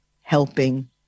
helping